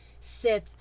Sith